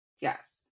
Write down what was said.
Yes